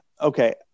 Okay